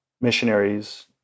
missionaries